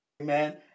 Amen